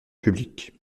public